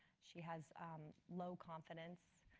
she has low confidence,